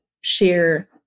share